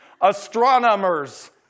Astronomers